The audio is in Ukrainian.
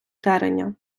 тереня